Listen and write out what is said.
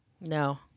No